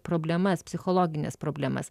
problemas psichologines problemas